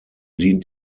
dient